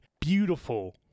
beautiful